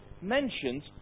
mentions